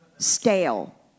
Scale